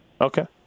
Okay